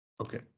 okay